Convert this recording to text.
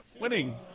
winning